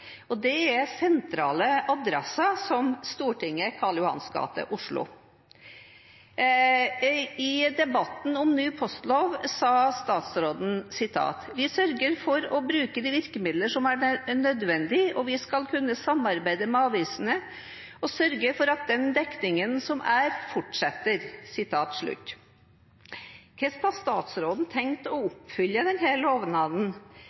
Det er sentrale adresser som Stortinget, Karl Johansgate, Oslo. I debatten om ny postlov sa statsråden: «Vi sørger for å bruke de virkemidler som er nødvendig, og vi skal kunne samarbeide med avisene og sørge for at den dekningen som er, fortsetter.» Hvordan har statsråden tenkt å oppfylle lovnaden